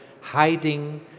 hiding